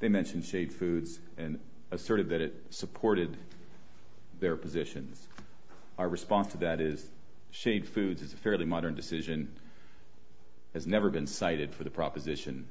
they mention safe foods and asserted that it supported their positions are response to that is shade foods is a fairly modern decision has never been cited for the proposition